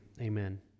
amen